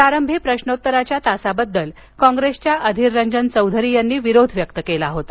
प्रारंभी प्रश्नोत्तराच्या तासाबद्दल कॉंग्रेसच्या अधिर रंजन चौधरी यांनी विरोध व्यक्त केला होता